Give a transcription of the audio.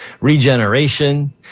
regeneration